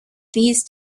these